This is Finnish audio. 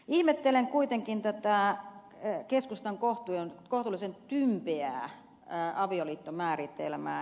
ihmettelen kuitenkin tätä keskustan kohtuullisen tympeää avioliittomääritelmää